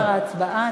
לאחר ההצבעה.